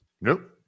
nope